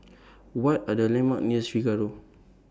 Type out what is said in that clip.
What Are The landmarks nears Figaro